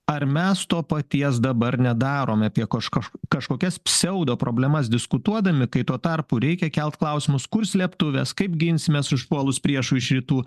ar mes to paties dabar nedarom apie kaž kaž kažkokias pseudo problemas diskutuodami kai tuo tarpu reikia kelt klausimus kur slėptuves kaip ginsimės užpuolus priešui iš rytų